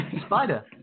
Spider